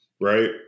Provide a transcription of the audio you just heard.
right